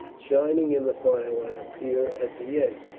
shining in the firelight, appear at the edge.